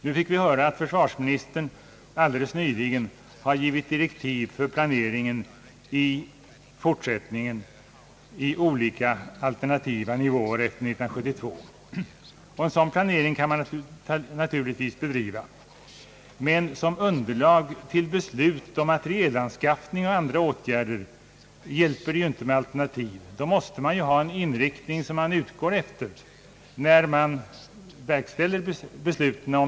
Nu fick vi höra att försvarsministern nyligen har givit direktiv för planeringen i fortsättningen på olika alternativa nivåer efter år 1972. En sådan planering kan man naturligtvis bedriva, men som underlag för beslut om materielanskaffning och andra åtgärder hjälper det inte med alternativ. Då måste man ha en inriktning som man går efter när man verkställer besluten.